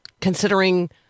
considering